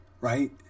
right